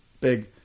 big